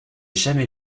jamais